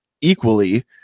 equally